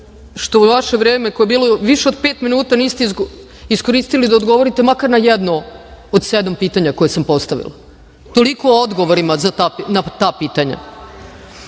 što u vaše vreme koje je bilo više od pet minuta, niste iskoristili da odgovorite makar na jedno od sedam pitanja koja sam postavila, toliko o odgovorima na ta pitanja. Reč